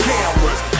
Cameras